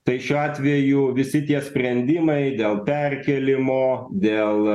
tai šiuo atveju visi tie sprendimai dėl perkėlimo dėl